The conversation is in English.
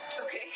okay